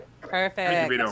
Perfect